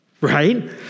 right